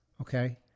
okay